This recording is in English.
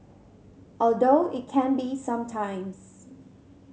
although it can be some times